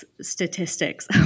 statistics